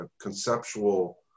conceptual